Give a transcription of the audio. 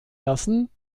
lassen